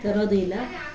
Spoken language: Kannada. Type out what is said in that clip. ತರೋದು ಇಲ್ಲ